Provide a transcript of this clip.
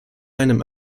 einem